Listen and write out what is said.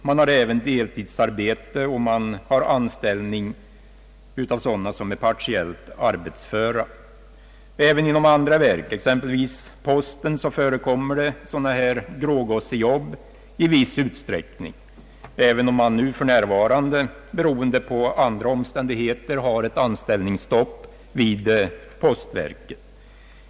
Man har också infört deltidsarbete, och man har anställt sådana som är partiellt arbetsföra. Även inom andra verk, exempelvis posten, förekommer sådana här grågossejobb i viss utsträckning, låt vara att man för närvarande av andra skäl har anställningsstopp vid postverket.